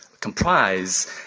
comprise